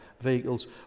vehicles